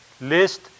list